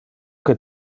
que